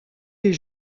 les